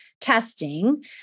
testing